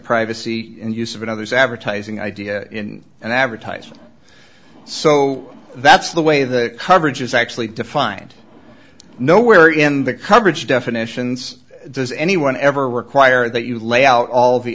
privacy and use of another's advertising idea and advertising so that's the way the coverage is actually defined nowhere in the coverage definitions does anyone ever require that you lay out all the